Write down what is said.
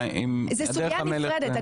אם דרך המלך --- זו סוגיה נפרדת,